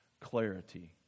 clarity